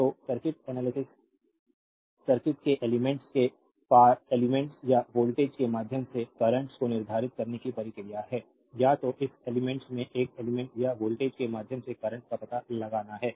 तो circuit analysis circuit के elements के पार एलिमेंट्स या वोल्टेज के माध्यम से कर्रेंटस को निर्धारित करने की प्रक्रिया है या तो इस एलिमेंट्स में एक एलिमेंट्स या वोल्टेज के माध्यम से करंट का पता लगाना है